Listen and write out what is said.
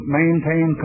maintain